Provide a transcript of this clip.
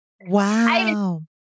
Wow